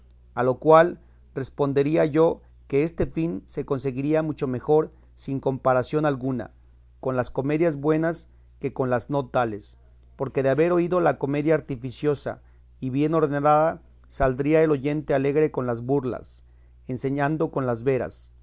a lo cual respondería yo que este fin se conseguiría mucho mejor sin comparación alguna con las comedias buenas que con las no tales porque de haber oído la comedia artificiosa y bien ordenada saldría el oyente alegre con las burlas enseñado con las veras